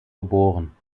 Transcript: geboren